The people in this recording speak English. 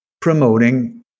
promoting